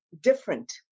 different